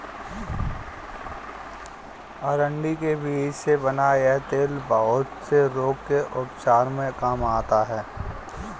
अरंडी के बीज से बना यह तेल बहुत से रोग के उपचार में काम आता है